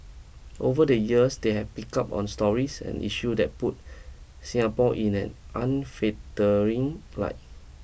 over the years they have pick up on stories and issue that put Singapore in an unflattering light